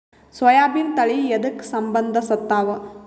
ಸೋಯಾಬಿನ ತಳಿ ಎದಕ ಸಂಭಂದಸತ್ತಾವ?